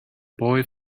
boy